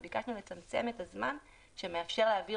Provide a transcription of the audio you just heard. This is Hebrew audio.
ולכן ביקשנו לצמצם את הזמן שמאפשר להעביר